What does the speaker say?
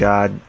God